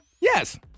Yes